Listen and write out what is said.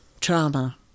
trauma